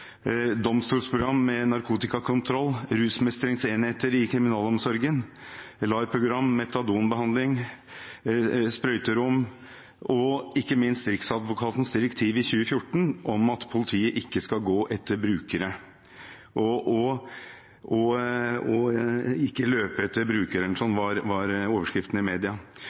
domstolprogram med narkotikakontroll, rusmestringsenheter i kriminalomsorgen, LAR-program, metadonbehandling, sprøyterom – og ikke minst Riksadvokatens direktiv i 2014 om at politiet ikke skal gå etter brukere, ikke løpe etter brukere, som var overskriften i media.